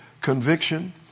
conviction